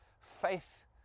faith